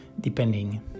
depending